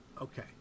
okay